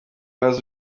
bibazo